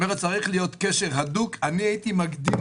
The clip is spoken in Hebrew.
צריך לראות